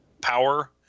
power